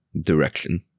direction